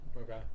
Okay